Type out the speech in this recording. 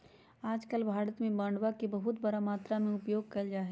आजकल भारत में बांडवा के बहुत बड़ा मात्रा में उपयोग कइल जाहई